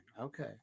Okay